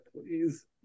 please